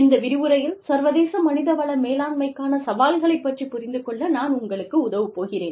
இந்த விரிவுரையில் சர்வதேச மனித வள மேலாண்மைக்கான சவால்களைப் பற்றிப் புரிந்துகொள்ள நான் உங்களுக்கு உதவப்போகிறேன்